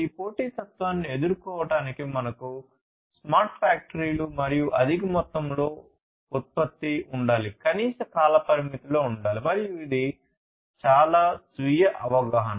ఈ పోటీతత్వాన్ని ఎదుర్కోవటానికి మనకు స్మార్ట్ ఫ్యాక్టరీలు మరియు అధిక మొత్తంలో ఉత్పత్తి ఉండాలి కనీస కాలపరిమితిలో ఉండాలి మరియు ఇది చాలా స్వీయ అవగాహన